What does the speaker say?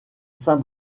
saint